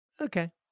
Okay